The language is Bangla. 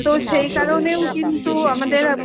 তো সেই কারণেও কিন্তু আমাদের